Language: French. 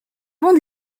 ponts